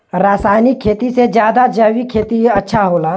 रासायनिक खेती से ज्यादा जैविक खेती अच्छा होला